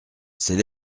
c’est